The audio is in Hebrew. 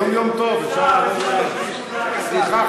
היום יום טוב, אפשר, סליחה.